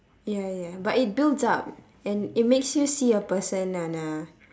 ya ya but it builds up and it makes you see a person on a